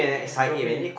trophy